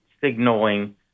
signaling